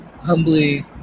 humbly